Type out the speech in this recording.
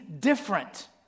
different